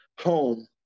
home